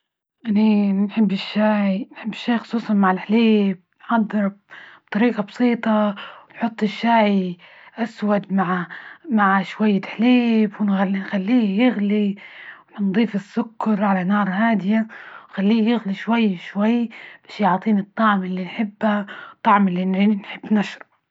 أني نحب الشاي- نحب الشاى خصوصا مع الحليب، نحضره بطريقة بسيطة ونحط الشاي أسود مع -مع شوية حليب ونخلي نخليه يغلي، ونضيف السكر على نار هادية وخليه يغلي شوي- شوي بش يعطيني الطعم إللي نحبا، الطعم إللي نحب نشربه.